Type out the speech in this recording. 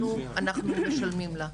אנחנו משלמים לה.